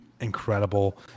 incredible